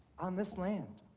on this land